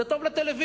זה טוב לטלוויזיה,